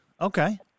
Okay